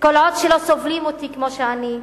כל עוד לא סובלים אותי כמו שאני,